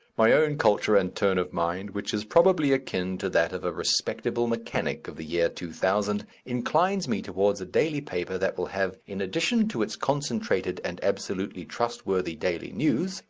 my own culture and turn of mind, which is probably akin to that of a respectable mechanic of the year two thousand, inclines me towards a daily paper that will have in addition to its concentrated and absolutely trustworthy daily news,